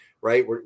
right